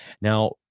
Now